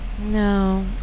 No